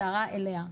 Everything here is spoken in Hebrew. זה הערה אליה,